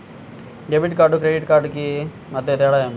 Debit కార్డుకు credit credit కార్డుకు మధ్య తేడా ఏమిటీ?